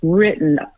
written